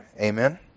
Amen